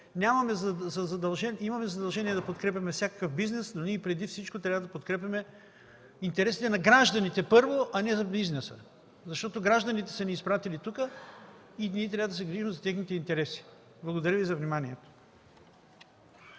имаме задължение да подкрепяме всякакъв бизнес, но преди всичко трябва да подкрепяме интересите на гражданите първо, а не на бизнеса, защото те са ни изпратили тук и трябва да се грижим за техните интереси. Благодаря Ви за вниманието.